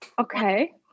Okay